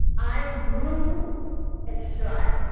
i grew at stri.